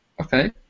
okay